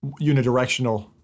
unidirectional